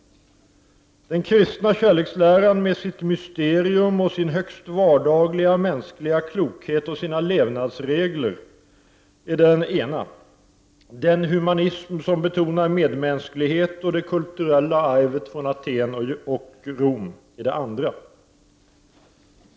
Den kristna kärleksläran med sitt mysterium, sin högst vardagliga mänskliga klokhet och sina levnadsregler är den ena, den humanism som betonar medmänsklighet och det kulturella arvet från Aten och Rom är den andra.